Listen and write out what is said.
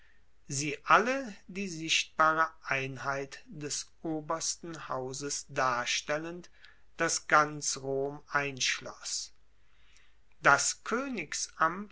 sie alle die sichtbare einheit des obersten hauses darstellend das ganz rom einschloss das